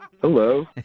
Hello